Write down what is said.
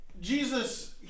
Jesus